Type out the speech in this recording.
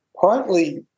partly